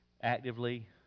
actively